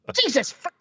Jesus